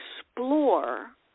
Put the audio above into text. explore